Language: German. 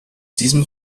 diesem